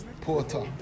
Porter